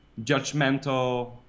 judgmental